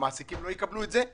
המעסיקים לא יקבלו את זה.